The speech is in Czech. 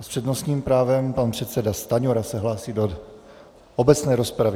S přednostním právem pan předseda Stanjura se hlásí do obecné rozpravy.